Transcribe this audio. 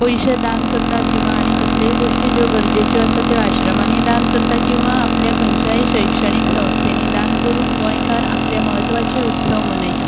पयशे दान करतात किवां कसल्योय गोश्टी ज्यो गरजेच्यो आसा त्यो आश्रमांनी दान करतात किवां आपल्या खंयच्याय शिक्षणीक संस्थेनी दान करून गोंयकार आपले म्हत्वाचे उत्सव मनयता